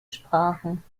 sprachen